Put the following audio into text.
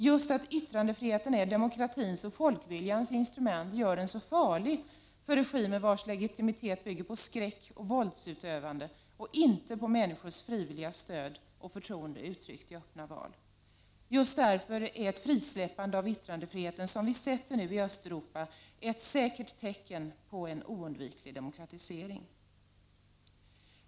Just att yttrandefriheten är demokratins och folkviljans instrument gör den så farlig för regimer vars legitimitet bygger på skräck och våldsutövande och inte på människors frivilliga stöd och förtroende, uttryckt i öppna val. Just därför är ett frisläppande av yttrandefriheten, som vi sett nu i Östeuropa, ett säkert tecken på en oundviklig demokratisering.